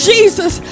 Jesus